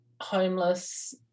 homeless